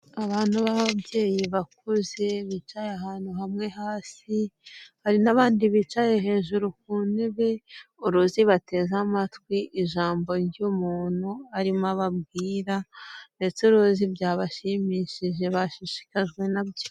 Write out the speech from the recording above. Abantu baba'ababyeyi bakuze bicaye ahantu hamwe hasi hari n'abandi bicaye hejuru ku ntebe ubona bateze amatwi ijambo ry'umuntu arimo ababwira ndetse ubona byabashimishije bashishikajwe nabyo .